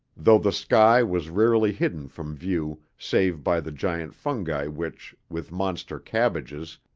though the sky was rarely hidden from view save by the giant fungi which, with monster cabbages,